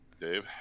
Dave